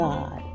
God